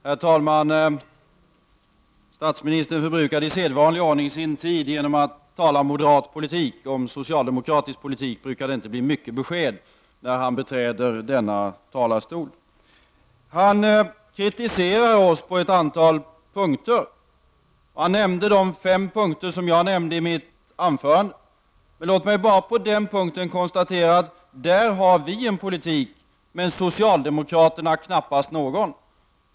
Herr talman! Statsministern förbrukade i sedvanlig ordning sin tid genom att tala om moderat politik; om socialdemokratisk politik brukar det inte bli mycket besked när han beträder denna talarstol. Han kritiserade oss på ett antal punkter. Han tog upp de fem punkter som jag nämnde i mitt anförande. Låt mig då bara konstatera att där har vi en politik men socialdemokraterna knappast någon.